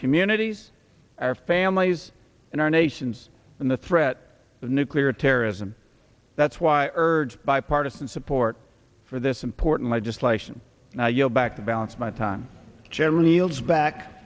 communities our families and our nations and the threat of nuclear terrorism that's why i urge bipartisan support for this important legislation now you know back to balance my time